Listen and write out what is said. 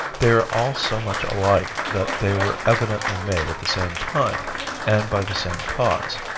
they are all so much alike that they were evidently made at the same time and by the same cause.